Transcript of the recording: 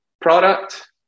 product